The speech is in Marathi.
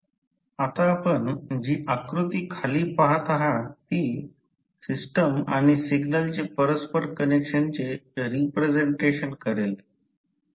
आता आपण जी आकृती खाली पहात आहात ती सिस्टम आणि सिग्नलचे परस्पर कनेक्शनचे रिप्रेझेंटेशन करेल